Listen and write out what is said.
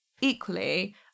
equally